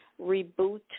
Reboot